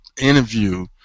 interview